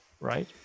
Right